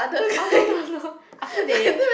oh no no no after that